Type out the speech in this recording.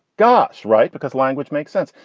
gosh. right. because language makes sense.